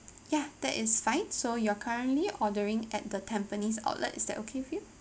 ya that is fine so you're currently ordering at the tampines outlet is that okay for you